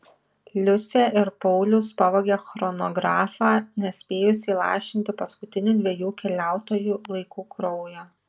liusė ir paulius pavogė chronografą nespėjus įlašinti paskutinių dviejų keliautojų laiku kraujo